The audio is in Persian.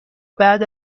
بعد